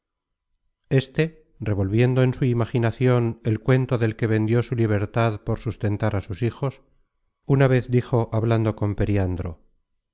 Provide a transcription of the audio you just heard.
este revolviendo en su imaginacion el cuento del que vendió su libertad por sustentar a sus hijos una vez dijo hablando con periandro